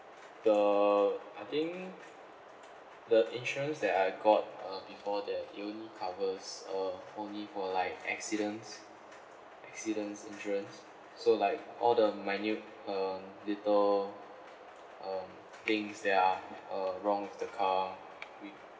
the I think the insurance that I got uh before that it only covers uh only for like accidents accidents insurance so like all the minute uh little um things that are uh wrong with the car